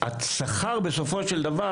והשכר בסופו של דבר,